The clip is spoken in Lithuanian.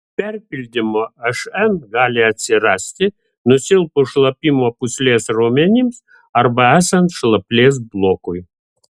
perpildymo šn gali atsirasti nusilpus šlapimo pūslės raumenims arba esant šlaplės blokui